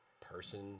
Person